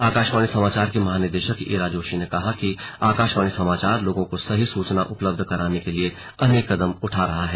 आकाशवाणी समाचार की महानिदेशक इरा जोशी ने कहा कि आकाशवाणी समाचार लोगों को सही सूचना उपलब्ध कराने के लिए अनेक कदम उठा रहा है